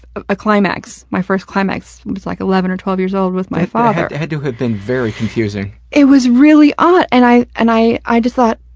a climax, my first climax. i was like eleven or twelve years old with my father. it had to have been very confusing. it was really odd. and i, and i i just thought,